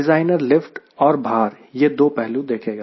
designer lift और भार यह दो पहलू देखेगा